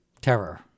Terror